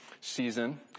season